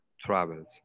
travels